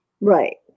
Right